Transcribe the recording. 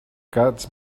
catch